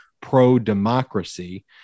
pro-democracy